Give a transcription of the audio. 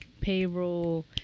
payroll